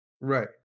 Right